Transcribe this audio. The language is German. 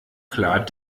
klar